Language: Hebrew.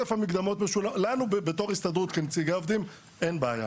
לנו בתור הסתדרות כנציגי העובדים אין בעיה.